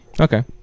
Okay